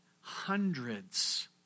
hundreds